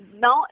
Now